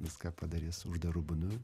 viską padarys uždaru būdu